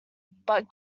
but